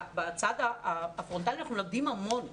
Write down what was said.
בצד הפרונטלי אנחנו מלמדים המון,